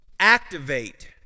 Activate